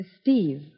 Steve